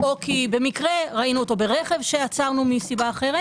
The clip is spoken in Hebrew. או כי במקרה ראינו אותו ברכב שעצרנו מסיבה אחרת